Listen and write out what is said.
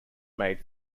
made